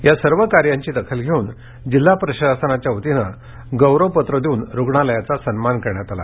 या सर्व कार्याची दखल घेऊन जिल्हा प्रशास्नाच्या वतीनं गौरवप्व देऊन रुणालयाचा सन्मान करण्य आला